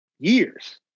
Years